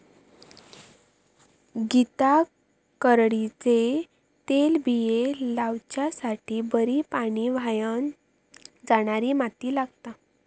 गीता करडईचे तेलबिये लावच्यासाठी बरी पाणी व्हावन जाणारी माती लागता